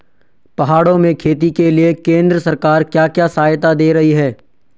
पहाड़ों में खेती के लिए केंद्र सरकार क्या क्या सहायता दें रही है?